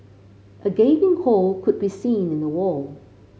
a gaping hole could be seen in the wall